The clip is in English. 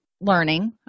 learning